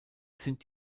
sind